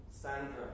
Sandra